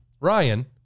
Ryan